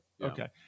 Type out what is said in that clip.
Okay